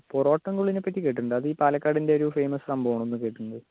പോറാട്ടം കളീനെപ്പറ്റി കേട്ടിട്ടുണ്ട് അത് ഈ പാലക്കാടിൻ്റെ ഒരു ഫേമസ് സംഭവമാണെന്ന് കേട്ടിട്ടുണ്ട്